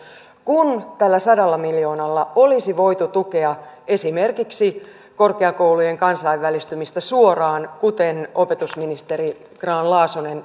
kun tällä sadalla miljoonalla olisi voitu tukea esimerkiksi korkeakoulujen kansainvälistymistä suoraan kuten opetusministeri grahn laasonen